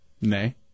Nay